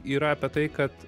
yra apie tai kad